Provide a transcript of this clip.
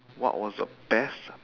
what was the best